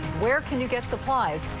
where can you get supplies,